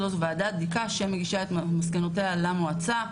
זו ועדת בדיקה שמגישה את מסקנותיה למועצה.